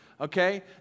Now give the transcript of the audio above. okay